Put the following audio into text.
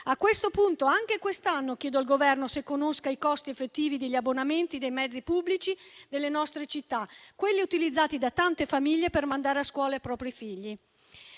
A questo punto anche quest'anno chiedo al Governo se conosca i costi effettivi degli abbonamenti ai mezzi pubblici delle nostre città, utilizzati da tante famiglie per mandare a scuola i propri figli.